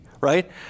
right